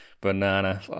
banana